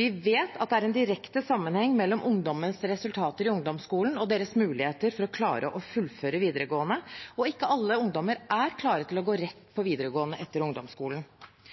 Vi vet at det er en direkte sammenheng mellom ungdommenes resultater i ungdomsskolen og deres muligheter til å klare å fullføre videregående, og ikke alle ungdommer er klare til å gå rett på videregående etter ungdomsskolen.